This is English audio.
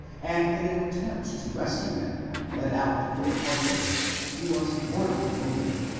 and in an attempt to rescue them when led out of the court-room he was mortally wounded.